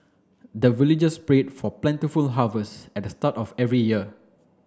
the villagers pray for plentiful harvest at the start of every year